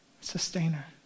sustainer